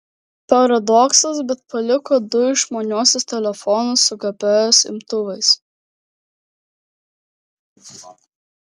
paradoksas bet paliko du išmaniuosius telefonus su gps imtuvais